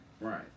Right